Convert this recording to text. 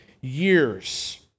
years